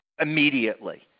immediately